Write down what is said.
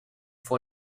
for